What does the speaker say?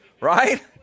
right